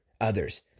others